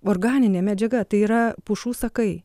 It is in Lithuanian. organinė medžiaga tai yra pušų sakai